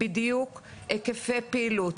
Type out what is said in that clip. בדיוק היקפי פעילות,